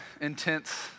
intense